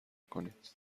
کنید